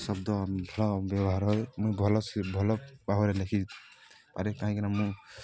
ଶବ୍ଦ ଫଳ ବ୍ୟବହାର ହଏ ମୁଇଁ ଭଲ ସେ ଭଲ ଭାବରେ ଲେଖିପାରେ କାହିଁକିନା ମୁଁ